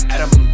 Adam